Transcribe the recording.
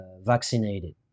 vaccinated